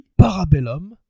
Parabellum